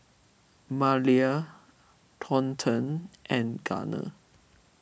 Malia Thornton and Gunner